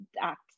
act